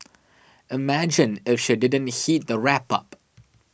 imagine if she didn't heat the wrap up